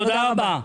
תודה רבה.